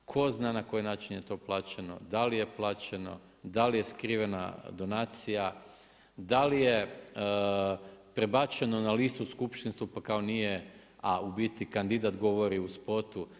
Tko zna na koji način je to plaćeno, da li je plaćeno, da li je skrivena donacija, da li je prebačeno na listu … pa kao nije, a u biti kandidat govori u spotu.